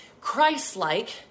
Christ-like